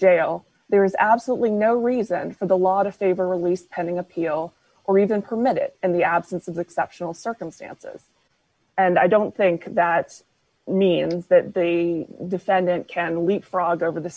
jail there is absolutely no reason for the law to favor released pending appeal or even permit it in the absence of the exceptional circumstances and i don't think that means that they defendant can leapfrog over the